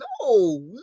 No